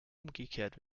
umgekehrt